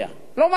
לא מערב אותו,